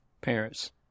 Parents